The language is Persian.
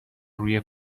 روی